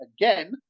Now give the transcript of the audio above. again